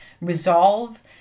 resolve